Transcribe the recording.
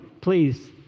please